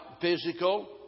physical